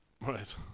Right